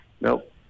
Nope